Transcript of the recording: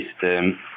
system